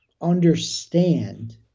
understand